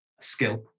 skill